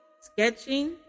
sketching